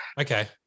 okay